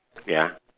ya